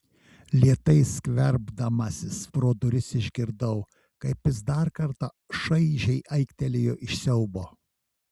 lėtai skverbdamasis pro duris išgirdau kaip jis dar kartą šaižiai aiktelėjo iš siaubo